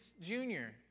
junior